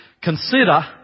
consider